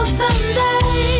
someday